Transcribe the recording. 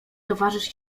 towarzysz